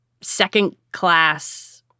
second-class